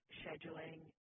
scheduling